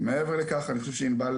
מעבר לכך, אני חושב שענבל